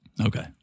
Okay